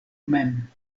mem